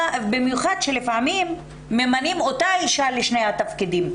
במיוחד שלפעמים ממנים אותה אישה לשני התפקידים,